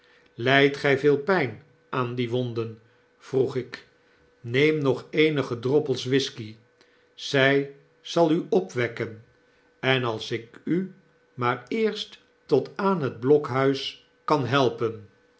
lydt gy veel pyn aan die wonden vroeg ik b neem nog eenige droppels whisky zy zal u opwekken en als ik u maar eerst tot aan het blokhuis kan helpen